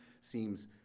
seems